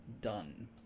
done